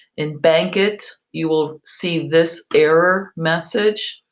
in bankit you will see this error message,